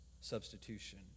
substitution